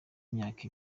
imyaka